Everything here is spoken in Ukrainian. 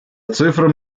цифра